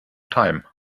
time